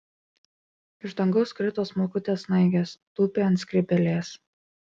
iš dangaus krito smulkutės snaigės tūpė ant skrybėlės